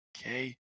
okay